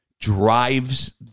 drives